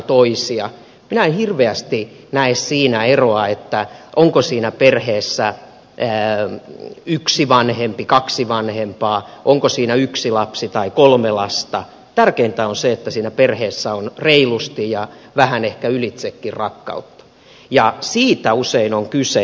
minä en hirveästi näe siinä eroa onko siinä perheessä yksi vanhempi vai kaksi vanhempaa yksi lapsi vai kolme lasta tärkeintä on se että siinä perheessä on reilusti ja vähän ehkä ylitsekin rakkautta ja siitä usein on kyse